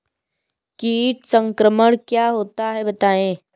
कीट संक्रमण क्या होता है बताएँ?